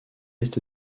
est